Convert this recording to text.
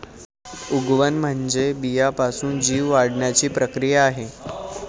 उगवण म्हणजे बियाण्यापासून जीव वाढण्याची प्रक्रिया आहे